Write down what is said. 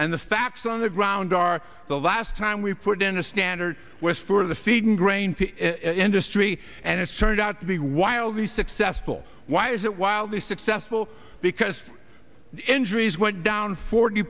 and the facts on the ground are the last time we put in a standard was for the feeding grain industry and it's turned out to be wildly successful why is that wildly successful because injuries went down forty